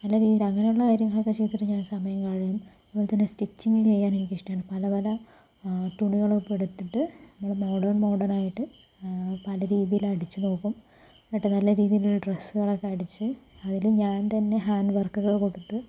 നല്ലരീതിയിൽ അങ്ങനെയുള്ള കാര്യങ്ങളൊക്കെ ചെയ്തിട്ട് ഞാൻ സമയം കളയും അതുപോലെ തന്നെ സ്റ്റിച്ചിങ് ചെയ്യാൻ എനിക്കിഷ്ടമാണ് പല പല തുണികളെടുത്തിട്ട് നമ്മൾ മോഡേൺ മോഡേണായിട്ട് പല രീതിയിൽ അടിച്ചു നോക്കും എന്നിട്ട് നല്ല രീതിയിലുള്ള ഡ്രെസ്സുകളൊക്കെ അടിച്ചു അതില് ഞാൻ തന്നെ ഹാൻഡ് വർക്കുകൾ കൊടുത്ത്